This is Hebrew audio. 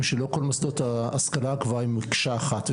שלא כל מוסדות ההשכלה הגבוהה הם מקשה אחת.